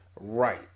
right